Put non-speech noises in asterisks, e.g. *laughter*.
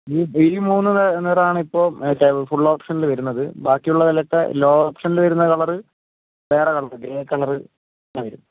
ഈ *unintelligible* മൂന്ന് നിറമാണ് ഇപ്പോൾ ഫുൾ ഓപ്ഷനിൽ വരുന്നത് ബാക്കി ഉള്ളതിലൊക്കെ ലോ ഓപ്ഷനിൽ വരുന്ന കളറ് വേറെ കളറ് ഗ്രേ കളറ് വരും